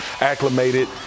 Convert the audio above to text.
acclimated